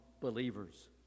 believers